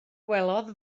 gwelodd